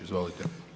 Izvolite.